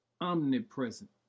omnipresent